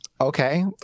Okay